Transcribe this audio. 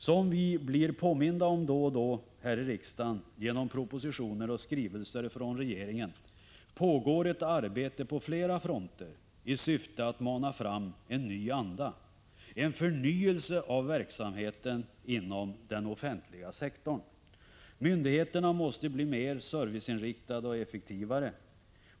Som vi blir påminda om då och då här i riksdagen genom propositioner och skrivelser från regeringen, pågår ett arbete på flera fronter i syfte att mana fram en ny anda, en förnyelse av verksamheten inom den offentliga sektorn. Myndigheterna måste bli mer serviceinriktade och effektivare.